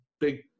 big